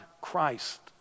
Christ